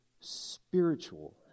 spiritual